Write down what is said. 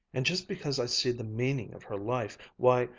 and just because i see the meaning of her life, why,